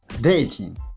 dating